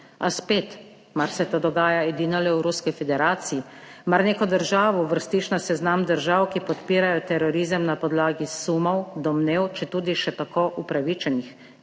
A spet, mar se to dogaja edino le v Ruski federaciji? Mar neko državo uvrstiš na seznam držav, ki podpirajo terorizem na podlagi sumov, domnev, četudi še tako upravičenih?